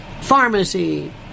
pharmacy